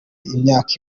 imyaka